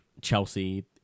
Chelsea